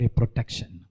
protection